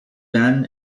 ben